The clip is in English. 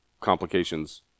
complications